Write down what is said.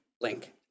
link